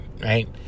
right